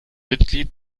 mitglied